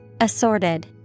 Assorted